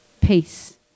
peace